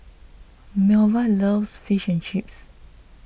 Melva loves Fish and Chips